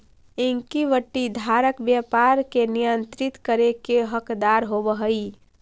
equity धारक व्यापार के नियंत्रित करे के हकदार होवऽ हइ